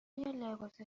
لباس